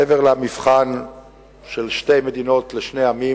מעבר למבחן של שתי מדינות לשני עמים,